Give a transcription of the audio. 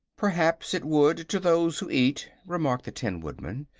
perhaps it would, to those who eat, remarked the tin woodman.